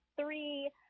three